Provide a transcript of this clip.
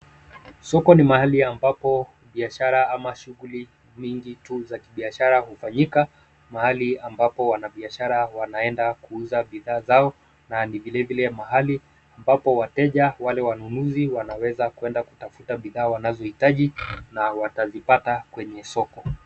Soko ni mahali ambapo biashara ama shughuli nyingi tu za kibiashara hufanyika mahali ambapo wanabiashara wanaenda kuuza bidhaa zao na ni vilevile mahali ambapo wateja wale wanunuzi wanaweza kuenda kutafuta bidhaa wanazohitaji na watazipata kwenye soko.